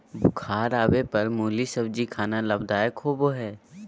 बुखार आवय पर मुली सब्जी खाना लाभदायक होबय हइ